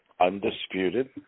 undisputed